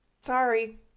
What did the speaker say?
sorry